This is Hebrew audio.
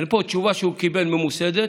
יש פה תשובה שהוא קיבל, ממוסדת,